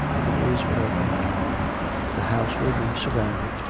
if it is what i think the house will be surrounded.